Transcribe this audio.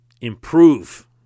improve